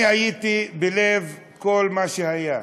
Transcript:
אני הייתי בלב כל מה שהיה.